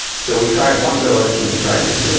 so we tried one village. and we tried this you know